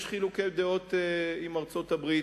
יש חילוקי דעות עם ארצות-הברית.